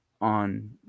on